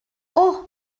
اوه